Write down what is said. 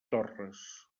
torres